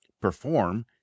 Perform